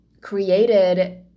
created